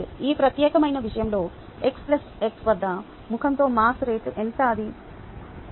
ఈ ప్రత్యేకమైన విషయంలో x ∆x వద్ద ముఖంతో మాస్ రేటు ఎంత అది ∆y ∆z